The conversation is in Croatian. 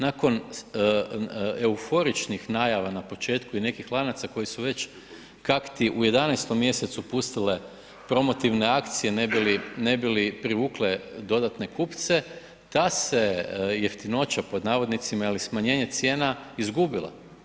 Nakon euforičnih najava na početku i nekih lanaca koji su već kakti u 11. mjesecu pustile promotivne akcije ne bi li privukle dodatne kupce, ta se jeftinoća pod navodnicima, ili smanjenje cijena izgubila.